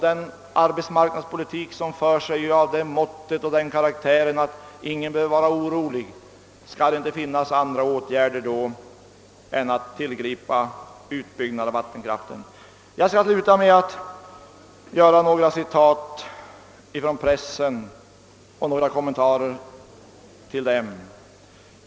Den arbetsmarknadspolitik som bedrivs är ju av det måttet och den karaktären att ingen behöver vara orolig. Skall det då inte finnas andra åtgärder att tillgripa än en utbyggnad av vattenkraften? Jag skall avsluta mitt anförande med att ge några citat ur pressen och något kommentera dem.